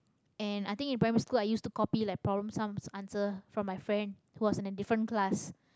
and I think in primary school I use to copy like problem sums answer from my friend who was in a different class